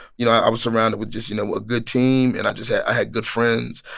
you know, i was surrounded with just, you know, a good team. and i just had i had good friends.